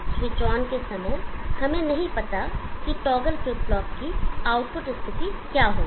switch on के समय हमें नहीं पता कि टॉगल फ्लिप फ्लॉप की आउटपुट स्थिति क्या होगी